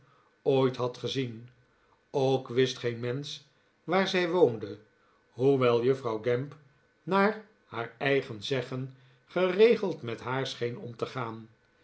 ooit had gezien ook wist geen mensch waar zij woonde hoewel juffrouw gamp naar haar eigen zeggen geregeld met haar scheen om te gaan